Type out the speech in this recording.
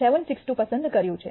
762 પસંદ કર્યું છે